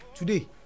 Today